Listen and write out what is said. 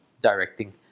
directing